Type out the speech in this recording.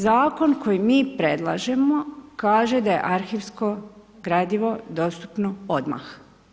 Zakon koji mi predlažemo kaže da je arhivsko gradivo dostupno odmah.